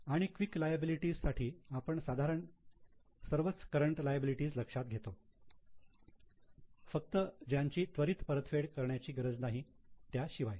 आणि quick liability साठी आपण साधारण सर्वच करंट लायबिलिटी लक्षात घेतो फक्त ज्यांची त्वरित परतफेड करण्याची गरज नाही त्याशिवाय